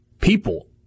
people